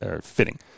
fitting